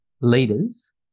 leaders